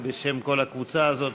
בשם כל הקבוצה הזאת,